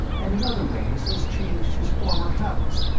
and in other ways has changed his former habits,